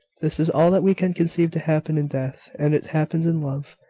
this is all that we can conceive to happen in death and it happens in love,